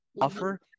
offer